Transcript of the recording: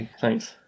Thanks